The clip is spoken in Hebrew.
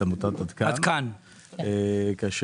אף